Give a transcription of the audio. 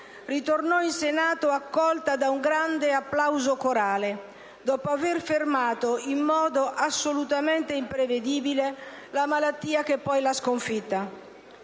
ritornò in Senato accolta da un grande applauso corale, dopo aver fermato in modo assolutamente imprevedibile la malattia che poi l'ha sconfitta.